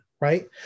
right